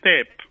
step